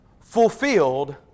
fulfilled